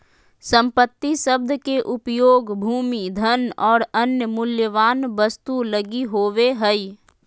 संपत्ति शब्द के उपयोग भूमि, धन और अन्य मूल्यवान वस्तु लगी होवे हइ